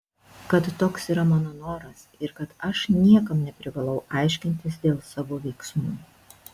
kad toks yra mano noras ir kad aš niekam neprivalau aiškintis dėl savo veiksmų